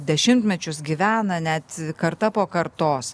dešimtmečius gyvena net karta po kartos